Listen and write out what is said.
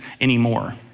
anymore